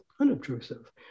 unobtrusive